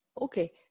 Okay